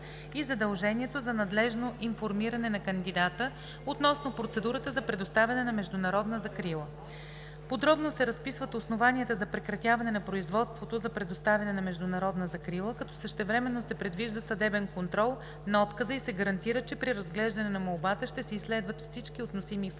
и задължението за надлежно информиране на кандидата относно процедурата за предоставяне на международна закрила. Подробно се разписват основанията за прекратяване на производството за предоставяне на международна закрила, като същевременно се предвижда съдебен контрол на отказа и се гарантира, че при разглеждане на молбата ще се изследват всички относими факти